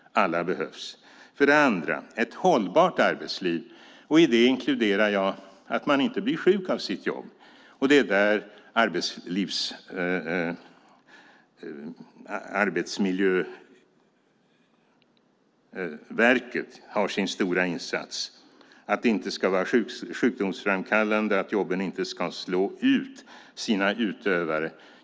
Alla behövs. Det andra är ett hållbart arbetsliv. I det inkluderar jag att man inte blir sjuk av sitt jobb. Det är där Arbetsmiljöverket har sin stora insats. Jobben ska inte vara sjukdomsframkallande. Jobben ska inte slå ut sina utövare.